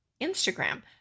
Instagram